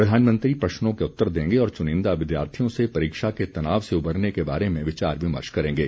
प्रधानमंत्री प्रश्नों के उत्तर देंगे और चुनिंदा विद्यार्थियों से परीक्षा के तनाव से उबरने के बारे में विचार विमर्श करेंगे